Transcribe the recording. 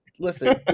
Listen